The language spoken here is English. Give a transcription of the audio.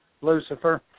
Lucifer